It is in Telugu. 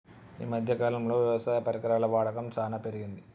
ఈ మధ్య కాలం లో వ్యవసాయ పరికరాల వాడకం చానా పెరిగింది